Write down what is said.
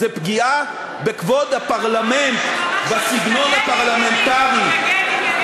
זה פגיעה בכבוד הפרלמנט והסגנון הפרלמנטרי.